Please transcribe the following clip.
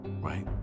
right